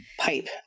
pipe